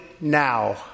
now